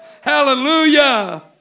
hallelujah